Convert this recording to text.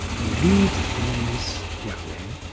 we need these young men,